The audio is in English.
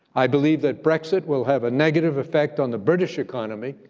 i believe that brexit will have a negative effect on the british economy,